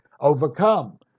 overcome